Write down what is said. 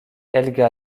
helga